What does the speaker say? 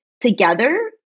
together